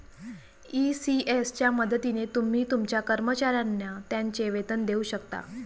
ECS च्या मदतीने तुम्ही तुमच्या कर्मचाऱ्यांना त्यांचे वेतन देऊ शकता